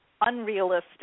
unrealistic